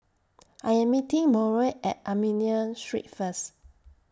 I Am meeting Mauro At Armenian Street First